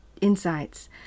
insights